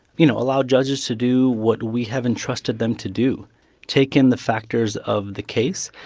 you know, allow judges to do what we have entrusted them to do take in the factors of the case,